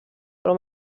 però